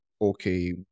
okay